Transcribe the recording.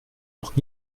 noch